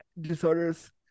disorders